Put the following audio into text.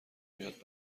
بیاد